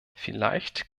vielleicht